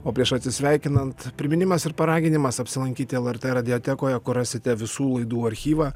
o prieš atsisveikinant priminimas ir paraginimas apsilankyti lrt radiotekoje kur rasite visų laidų archyvą